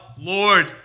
Lord